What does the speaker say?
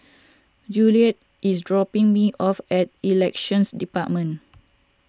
Juliette is dropping me off at Elections Department